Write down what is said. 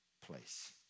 place